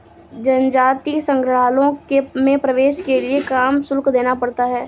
जनजातीय संग्रहालयों में प्रवेश के लिए काम शुल्क देना पड़ता है